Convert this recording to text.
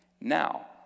Now